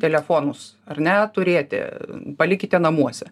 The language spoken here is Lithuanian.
telefonus ar ne turėti palikite namuose